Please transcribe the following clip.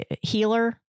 healer